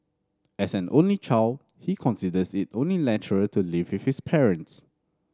as an only child he considers it only natural to live with his parents